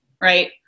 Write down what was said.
right